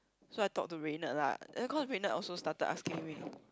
so I talk to Raynerd lah then cause Raynerd also started asking me